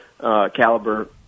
caliber